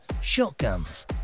shotguns